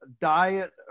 diet